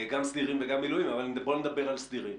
גם סדירים וגם במילואים, אבל בואו נדבר על סדירים.